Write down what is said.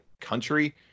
country